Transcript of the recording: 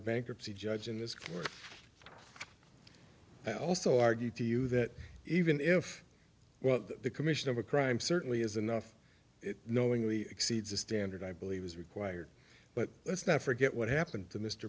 bankruptcy judge in this court i also argue to you that even if well the commission of a crime certainly is enough it knowingly exceeds the standard i believe is required but let's not forget what happened to mr